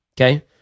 Okay